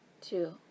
Two